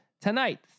tonight